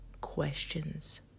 Questions